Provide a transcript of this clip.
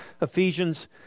Ephesians